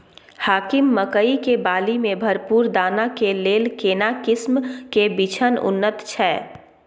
हाकीम मकई के बाली में भरपूर दाना के लेल केना किस्म के बिछन उन्नत छैय?